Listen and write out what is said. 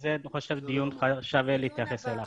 אני חושב שזה דיון שכדאי לקיים אותו.